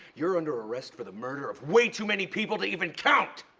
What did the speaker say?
you're under arrest for the murder of way too many people to even count!